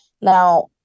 now